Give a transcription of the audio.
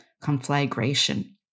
Conflagration